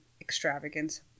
extravagance